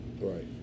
Right